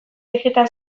digital